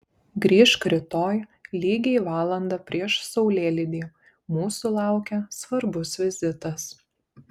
grįžk rytoj lygiai valandą prieš saulėlydį mūsų laukia svarbus vizitas